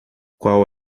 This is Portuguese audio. qual